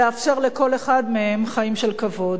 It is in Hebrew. לאפשר לכל אחד מהם חיים של כבוד.